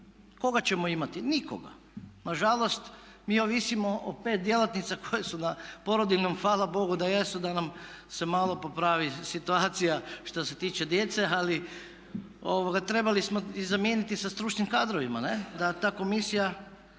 Koga ćemo imati? Nikoga. Nažalost, mi ovisimo o 5 djelatnica koje su na porodiljnom, hvala Bogu da jesu, da nam se malo popravi situacija što se tiče djece ali trebali smo ih zamijeniti sa stručnim kadrovima da ta komisija